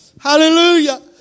Hallelujah